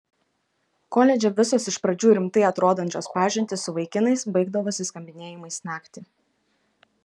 koledže visos iš pradžių rimtai atrodančios pažintys su vaikinais baigdavosi skambinėjimais naktį